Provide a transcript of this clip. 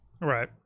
right